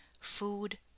food